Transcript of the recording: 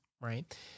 right